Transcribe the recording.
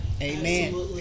Amen